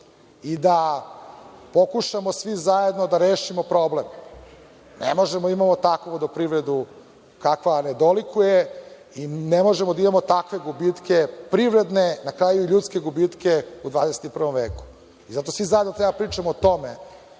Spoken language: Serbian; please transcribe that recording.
i da pokušamo svi zajedno da rešimo problem. Ne možemo da imamo takvu vodoprivredu kakva nam ne dolikuje i ne možemo da imamo takve gubitke privredne, na kraju i ljudske gubitke u 21. veku. Zato svi zajedno treba da pričamo o tome